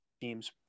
teams